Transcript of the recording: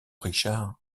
richard